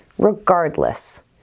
Regardless